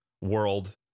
world